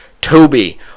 toby